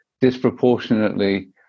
disproportionately